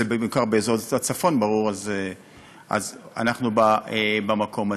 זה בעיקר באזור הצפון, ברור, אז אנחנו במקום הזה.